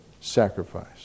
sacrifice